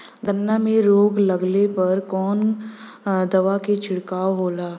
गन्ना में रोग लगले पर कवन दवा के छिड़काव होला?